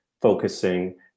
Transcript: focusing